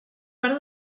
part